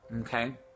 Okay